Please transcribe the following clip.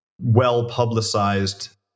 well-publicized